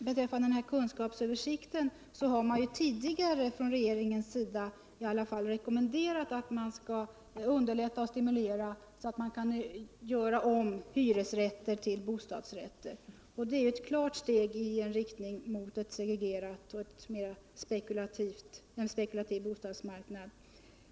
Herr talman! Beträffande kunskapsöversikten har regeringen i alla fall tidigare rekommenderat att man skulle underlätta och stimulera omvandling av hyresrätter till bostadsrätter, och det är ett klart steg i riktning mot en segregerad och mera spekulativ bostadsmarknad.